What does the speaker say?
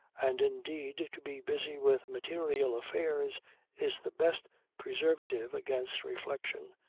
and indeed to be busy with material affairs is the best preservative against reflection,